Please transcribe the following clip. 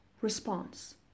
response